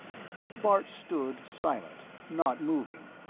bart stood silent, not moving.